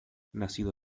nacido